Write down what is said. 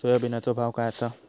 सोयाबीनचो भाव काय आसा?